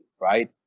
right